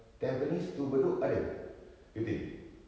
tampines to bedok ada you think